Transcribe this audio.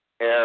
Air